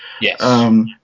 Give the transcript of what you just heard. Yes